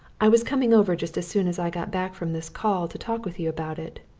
i was coming over just as soon as i got back from this call to talk with you about it,